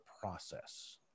process